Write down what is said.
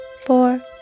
four